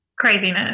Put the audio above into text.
craziness